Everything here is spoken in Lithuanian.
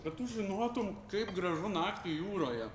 kad tu žinotum kaip gražu naktį jūroje